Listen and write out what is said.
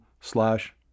slash